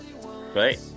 right